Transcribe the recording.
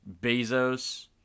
Bezos